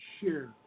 share